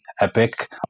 EPIC